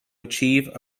achieve